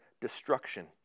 destruction